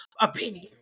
opinion